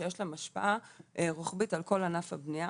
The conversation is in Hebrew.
שיש להם השפעה רוחבית על כל ענף הבנייה.